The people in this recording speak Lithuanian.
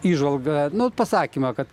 įžvalgą nu pasakymą kad